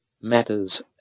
matters